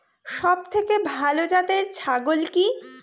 সবথেকে ভালো জাতের ছাগল কি?